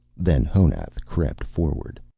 then honath crept forward.